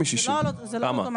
זה לא אוטומטי.